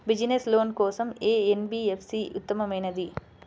Business loan కోసం ఏ NBFC ఉత్తమమైనది?